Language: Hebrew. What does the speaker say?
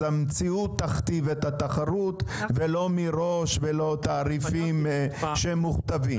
אז המציאות תכתיב את התחרות ולא מראש ולא תעריפים שמוכתבים.